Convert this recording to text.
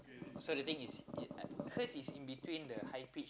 so the thing is hers is in between the high pitch and